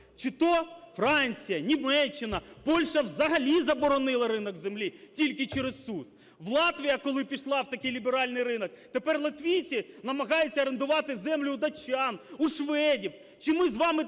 чи то Франція, Німеччина. Польща взагалі заборонила ринок землі – тільки через суд. Латвія, коли пішла в такий ліберальний ринок, тепер латвійці намагаються орендувати землю у датчан, у шведів. Чи ми з вами таке